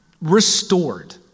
restored